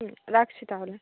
হুম রাখছি তাহলে